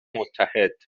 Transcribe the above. متحد